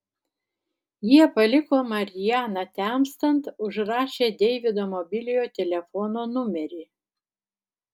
jie paliko marianą temstant užrašę deivido mobiliojo telefono numerį